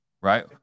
right